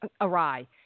awry